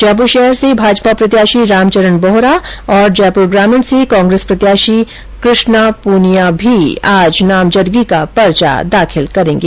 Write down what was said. जयपुर शहर से भाजपा प्रत्याशी रामचरण बोहरा और जयपुर ग्रामीण से कांग्रेस प्रत्याशी कृष्णा प्रनिया भी आज नामजदगी का पर्चा दाखिल करेंगे